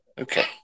Okay